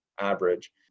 average